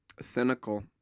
cynical